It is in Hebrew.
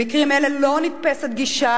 במקרים אלה לא נתפסת גישה,